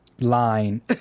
Line